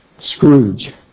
Scrooge